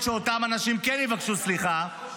לפני שבועיים עמדה פה גלית והטיחה שוב